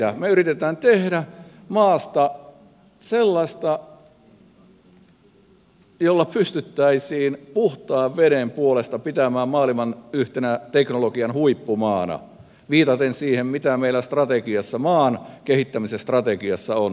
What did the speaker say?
me yritämme tehdä maasta sellaista jota pystyttäisiin puhtaan veden puolesta pitämään maailman yhtenä teknologian huippumaana viitaten siihen mitä meillä maan kehittämisen strategiassa on